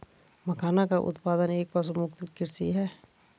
मखाना का उत्पादन एक पशुमुक्त कृषि है